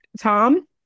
Tom